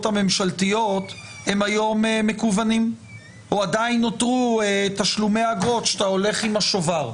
הממשלתיות הם היום מקוונים או עדיין נותרו תשלומי אגרות שאתה הולך עם השובר.